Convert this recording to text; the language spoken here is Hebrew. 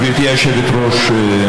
גברתי היושבת-ראש,